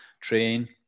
train